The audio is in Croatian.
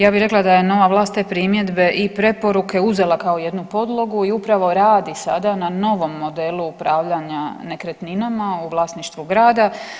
Ja bi rekla da je nova vlast te primjedbe i preporuke uzela kao jednu podlogu i upravo radi sada na novom modelu upravljanja nekretninama u vlasništvu grada.